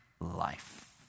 life